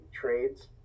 trades